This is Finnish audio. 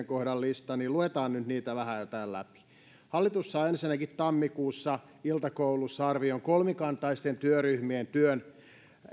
kohdan lista niin luetaan nyt niitä vähän jo täällä läpi hallitus saa ensinnäkin tammikuussa iltakoulussa arvion kolmikantaisten työryhmien työn